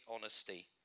honesty